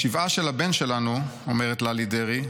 בשבעה של הבן שלנו, אומרת ללי דרעי,